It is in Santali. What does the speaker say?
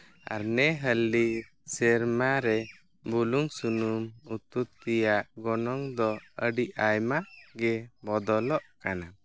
ᱟᱨ ᱱᱮ ᱦᱟᱹᱞᱤ ᱥᱮᱨᱢᱟ ᱨᱮ ᱵᱩᱞᱩᱝ ᱥᱩᱱᱩᱢ ᱩᱛᱩ ᱛᱮᱭᱟᱜ ᱜᱚᱱᱚᱝ ᱫᱚ ᱟᱹᱰᱤ ᱟᱭᱢᱟ ᱜᱮ ᱵᱚᱫᱚᱞᱚᱜ ᱠᱟᱱᱟ